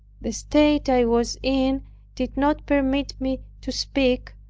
the state i was in did not permit me to speak,